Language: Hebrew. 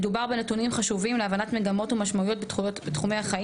מדובר בנתונים חשובים להבנת מגמות ומשמעויות בתחומי החיים